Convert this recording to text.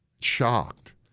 shocked